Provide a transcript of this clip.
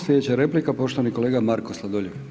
Slijedeća replika poštovani kolega Marko Sladoljev.